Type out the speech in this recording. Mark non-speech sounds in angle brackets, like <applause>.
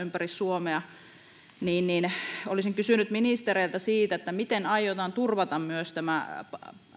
<unintelligible> ympäri suomea olisin kysynyt ministereiltä miten aiotaan turvata myös tämä